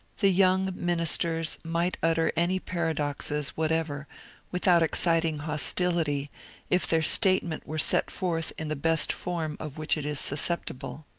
the young ministers might utter any paradoxes whatever without exciting hostility if their statement were set forth in the best form of which it is susceptible.